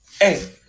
Hey